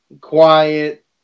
Quiet